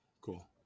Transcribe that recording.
cool